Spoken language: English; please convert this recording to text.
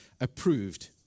approved